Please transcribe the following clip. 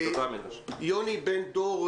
יוני בן דור,